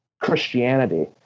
Christianity